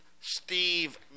Steve